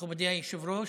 מכובדי היושב-ראש,